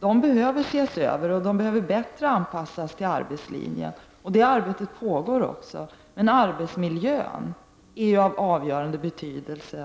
De behöver ses över, och de behöver bättre anpassas till arbetslinjen. Det arbetet pågår också. Arbetsmiljön är i detta sammanhang av avgörande betydelse.